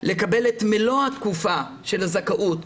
לקבל את מלוא התקופה של הזכאות,